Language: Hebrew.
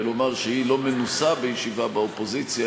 שהיא לא מנוסה בישיבה באופוזיציה,